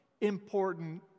important